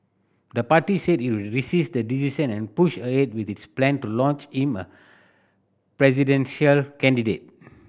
the party said it would resist the decision and push ahead with its plan to launch him a presidential candidate